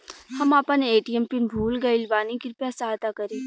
हम आपन ATM pin भूल गईल बानी कृपया सहायता करी